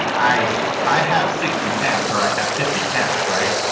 i i have sixty snaps or i have fifty snaps. right.